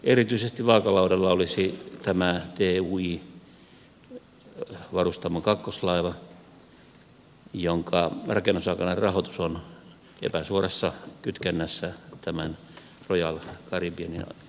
erityisesti vaakalaudalla olisi tui varustamon kakkoslaiva jonka rakennusaikainen rahoitus on epäsuorassa kytkennässä royal caribbeanin alustilaukseen